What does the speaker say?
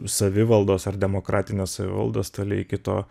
savivaldos ar demokratinės savivaldos toli iki to